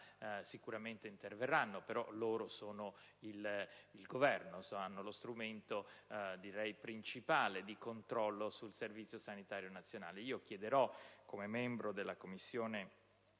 sicuramente interverranno, però loro sono il Governo, e insomma dispongono dello strumento principale di controllo sul Servizio sanitario nazionale), chiederò, come membro della Commissione